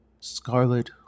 Scarlet